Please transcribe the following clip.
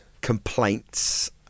complaints